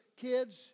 kids